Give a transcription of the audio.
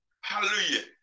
Hallelujah